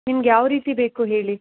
ನಿಮ್ಗೆ ಯಾವ ರೀತಿ ಬೇಕು ಹೇಳಿ